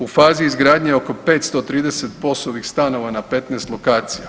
U fazi izgradnje je oko 530 POS-ovih stanova na 15 lokacija.